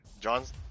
John's